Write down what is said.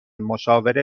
مشاوره